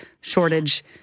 shortage